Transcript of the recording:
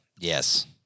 Yes